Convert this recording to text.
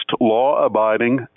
law-abiding